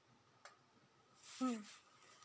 mm